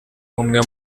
umwe